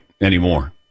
anymore